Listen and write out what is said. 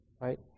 right